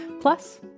Plus